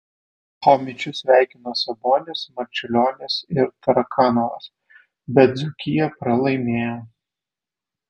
chomičių sveikino sabonis marčiulionis ir tarakanovas bet dzūkija pralaimėjo